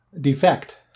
Defect